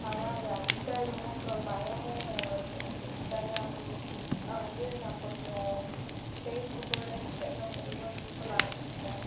ஆனால் அது அடிக் ஆகிடுமோன்ற பயமும் வருது எனக்கு இன்ஸ்டாகிராம் வந்து நான் கொஞ்சம் ஃபேஸ்புக்கோட இன்ஸ்டாகிராம் அதிகமாக யூஸ் பண்ண ஆரம்பிச்சுட்டேன்